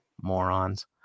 Morons